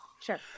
Sure